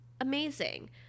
amazing